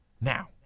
Now